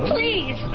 Please